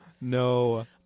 No